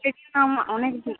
সেদিনে তো আমার অনেক